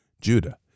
Judah